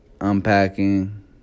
unpacking